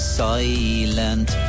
silent